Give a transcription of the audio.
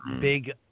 big